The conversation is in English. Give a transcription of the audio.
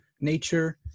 nature